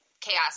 chaos